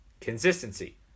Consistency